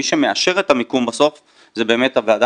מי שמאשר את המיקום בסוף זה באמת הוועדה